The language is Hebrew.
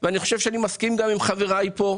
אני מאוד מקווה,